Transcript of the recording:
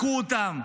הכו אותם.